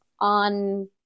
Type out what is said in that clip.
on